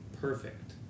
perfect